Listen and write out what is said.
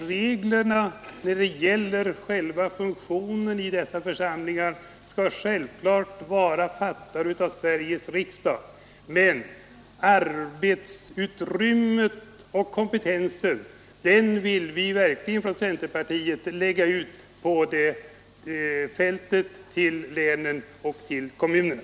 Reglerna rörande själva funktionen i dessa församlingar bör självklart vara fastställda av Sveriges riksdag, men centerpartiet vill att arbetsutrymmet och kompetensen skall läggas ut på fältet, till länen och till kommunerna.